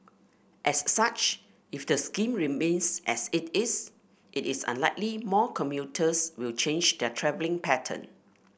as such if the scheme remains as it is it is unlikely more commuters will change their travelling pattern